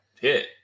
hit